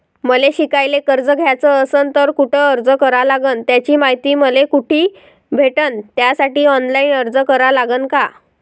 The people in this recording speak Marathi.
मले शिकायले कर्ज घ्याच असन तर कुठ अर्ज करा लागन त्याची मायती मले कुठी भेटन त्यासाठी ऑनलाईन अर्ज करा लागन का?